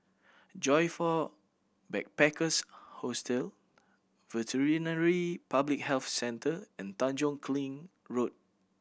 Joyfor Backpackers' Hostel Veterinary Public Health Centre and Tanjong Kling Road